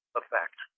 effect